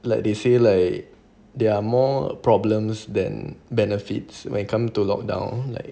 like they say like they are more problems than benefits when it come to lockdown like